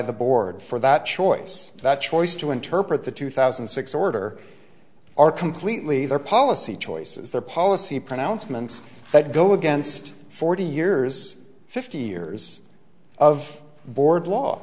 the board for that choice that choice to interpret the two thousand and six order are completely their policy choices their policy pronouncements that go against forty years fifty years of board law